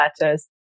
letters